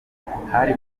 hari